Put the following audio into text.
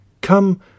Come